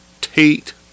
Tate